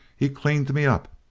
he cleaned me up.